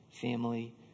family